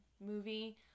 movie